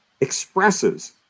expresses